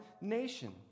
nation